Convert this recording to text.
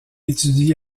étudie